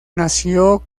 nació